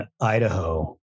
Idaho